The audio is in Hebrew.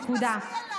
נקודה.